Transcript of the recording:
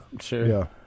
Sure